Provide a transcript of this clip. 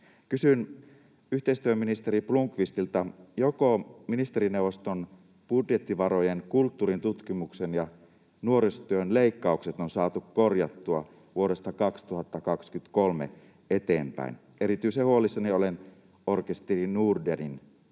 Kysyn yhteistyöministeri Blomqvistilta: joko ministerineuvoston budjettivarojen kulttuurintutkimuksen ja nuorisotyön leikkaukset on saatu korjattua vuodesta 2023 eteenpäin? Erityisen huolissani olen Orkesteri Nordenin